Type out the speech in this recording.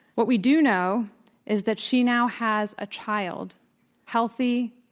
what we do know is that she now has a child healthy,